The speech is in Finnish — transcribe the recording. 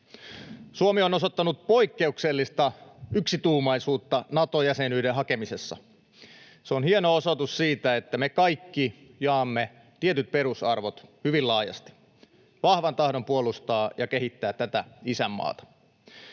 Suomi on osoittanut poikkeuksellista yksituumaisuutta Nato-jäsenyyden hakemisessa. Se on hieno osoitus siitä, että me kaikki jaamme tietyt perusarvot hyvin laajasti: vahvan tahdon puolustaa ja kehittää tätä isänmaata.